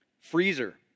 freezer